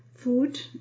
food